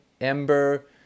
Ember